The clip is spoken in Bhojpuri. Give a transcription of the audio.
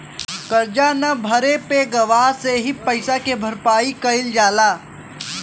करजा न भरे पे गवाह से ही पइसा के भरपाई कईल जाला